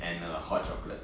and a hot chocolate